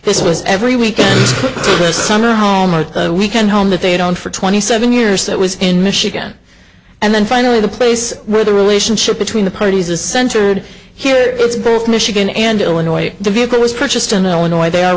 was every week this summer home or weekend home that they had on for twenty seven years that was in michigan and then finally the place where the relationship between the parties is centered here it's both michigan and illinois the vehicle was purchased in illinois they are